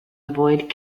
avoid